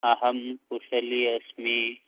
अहं कुशली अस्मि